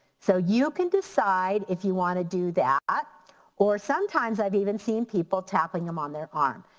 so you can decide if you wanna do that um or sometimes i've even seen people tapping them on their arm.